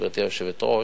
גברתי היושבת-ראש.